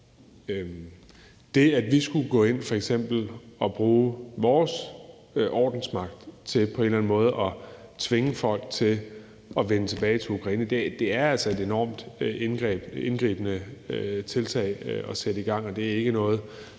det, at vi skulle gå ind og f.eks. bruge vores ordensmagt til på en eller anden måde at tvinge folk til at vende tilbage til Ukraine, altså er et enormt indgribende tiltag at sætte i gang, og det ikke er noget,